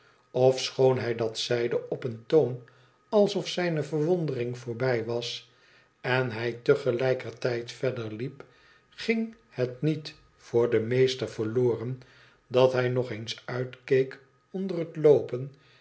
ofschoon hij dat zeide op een toon alsof zijne verwondering voorbij was en hij te gelijker tijd verder liep ging het niet voor den meester verloren dat hij nog eens uitkeek onder het loopen